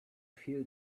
feel